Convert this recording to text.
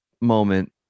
moment